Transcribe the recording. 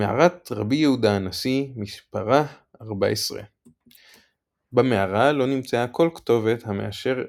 מערת רבי יהודה הנשיא - מספרה 14. במערה לא נמצאה כל כתובת המאשרת